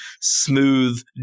smooth